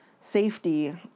safety